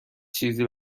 چیزی